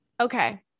Okay